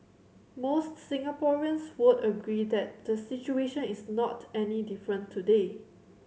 most Singaporeans would agree that the situation is not any different today